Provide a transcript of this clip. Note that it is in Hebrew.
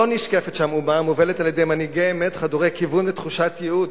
לא נשקפת שם אומה המובלת על-ידי מנהיגי אמת חדורי כיוון ותחושת ייעוד,